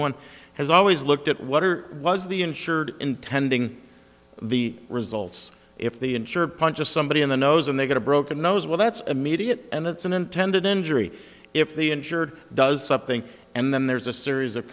one has always looked at what are was the insured intending the results if the insurer punched somebody in the nose and they got a broken nose well that's immediate and it's an intended injury if the injured does something and then there's a series of